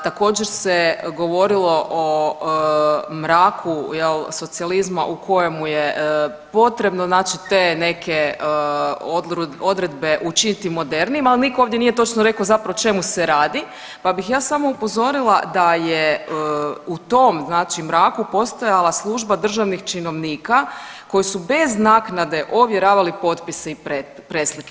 Također se govorilo o mraku jel socijalizma u kojemu je potrebno znači te neke odredbe učiniti modernijima, ali nitko ovdje nije točno rekao zapravo o čemu se radi, pa bih ja samo upozorila da je u tom znači mraku postojala služba državnih činovnika koji su bez naknade ovjeravali potpise i preslike.